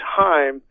time